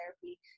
therapy